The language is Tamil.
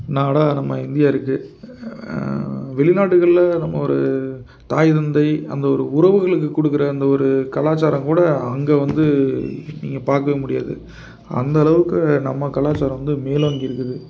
நாடாக நம்ம இந்தியா இருக்குது வெளிநாட்டுகள்ல நம்ம ஒரு தாய் தந்தை அந்த ஒரு உறவுகளுக்கு கொடுக்குற அந்த ஒரு கலாச்சாரம் கூட அங்கே வந்து நீங்கள் பார்க்கவே முடியாது அந்தளவுக்கு நம்ம கலாச்சாரம் வந்து மேலோங்கி இருக்குது